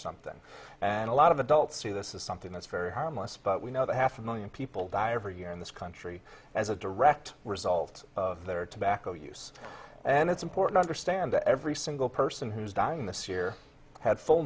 something and a lot of adults say this is something that's very harmless but we know that half a million people die every year in this country as a direct result of their tobacco use and it's important to understand the every single person who's dying this year had full